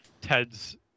Ted's